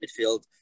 midfield